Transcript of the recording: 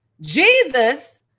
Jesus